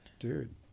dude